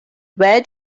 where